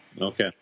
Okay